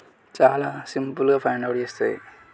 చాలా సింపుల్గా find out చేస్తుంది